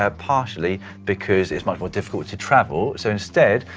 ah partially because it's much more difficult to travel, so instead,